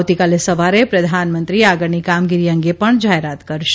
આવતીકાલે સવારે પ્રધાનમંત્રી આગળની કામગીરી અંગે પણ જાહેરાત કરશે